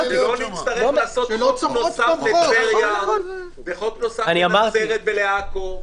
שלא נצטרך לעשות חוק נוסף לטבריה וחוק נוסף לנצרת ולעכו.